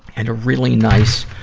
and a really nice,